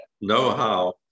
know-how